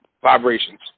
vibrations